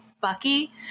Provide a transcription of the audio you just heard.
Bucky